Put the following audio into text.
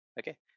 Okay